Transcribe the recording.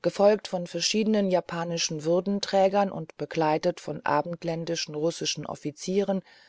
gefolgt von verschiedenen japanischen würdenträgern und begleitet von abendländischen russischen offizieren